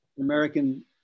American